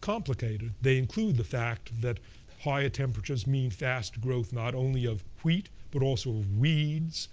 complicated. they include the fact that high temperatures mean faster growth not only of wheat, but also of weeds.